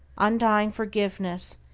undying forgiveness,